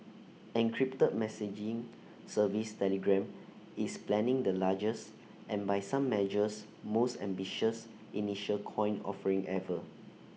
encrypted messaging service Telegram is planning the largest and by some measures most ambitious initial coin offering ever